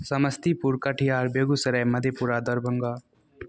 Samastipur Katihar Begusarai Madhepura Darbhanga